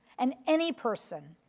and any person,